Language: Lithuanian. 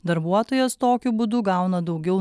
darbuotojas tokiu būdu gauna daugiau